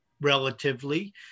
relatively